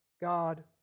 God